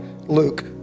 Luke